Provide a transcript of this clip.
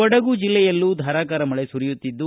ಕೊಡಗು ಜಿಲ್ಲೆಯಲ್ಲೂ ಧಾರಾಕಾರ ಮಳೆ ಸುರಿಯುತ್ತಿದ್ದು